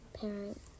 Parent